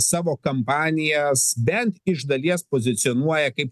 savo kampanijas bent iš dalies pozicionuoja kaip